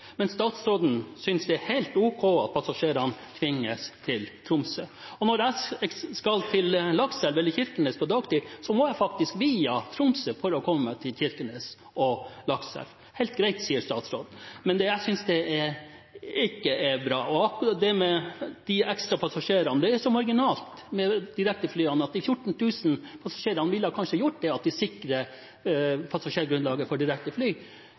Men statsråden synes det er helt ok at passasjerene tvinges til Tromsø. Når jeg skal til Lakselv eller Kirkenes på dagtid, må jeg faktisk via Tromsø for å komme til Kirkenes og Lakselv. Helt greit, sier statsråden – men jeg synes ikke det er bra. Når det gjelder de ekstra passasjerene, er det så marginalt med direkteflyene at de 14 000 passasjerene kanskje ville gjort at vi sikret passasjergrunnlaget for direktefly, til tross for